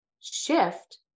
shift